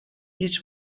هیچ